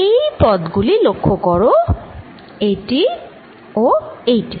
এই পদ গুলি লক্ষ্য করো এইটি ও এইটি